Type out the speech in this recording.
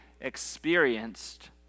experienced